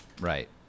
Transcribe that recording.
Right